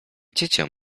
dziecię